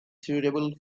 suitable